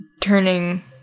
turning